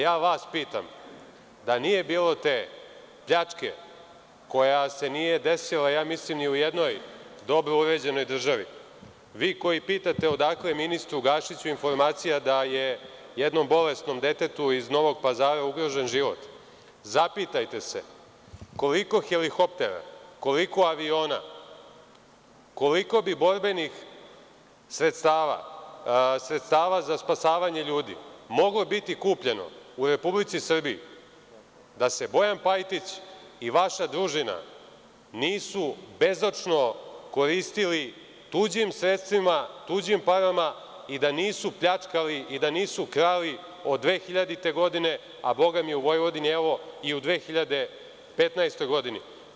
Ja vas pitam – da nije bilo te pljačke koja se nije desila ja mislim ni u jednoj dobro uređenoj državi, vi koji pitate odakle ministru Gašiću informacija da je jednom bolesnom detetu iz Novog Pazara ugrožen život, zapitajte se koliko helikoptera, koliko aviona, koliko bi borbenih sredstava, sredstava za spasavanje ljudi, moglo biti kupljeno u Republici Srbiji da se Bojan Pajtić i vaša družina nisu bezočno koristili tuđim sredstvima, tuđim parama i da nisu pljačkali, i da nisu krali, od 2000. godine, a bogami, u Vojvodini, evo, i u 2015. godini.